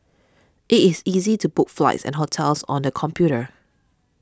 it is easy to book flights and hotels on the computer